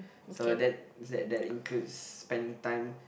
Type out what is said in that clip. so that that that includes spending time